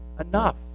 enough